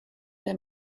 der